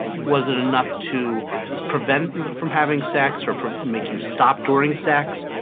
was it enough to prevent you from having sex or make you stop during sex?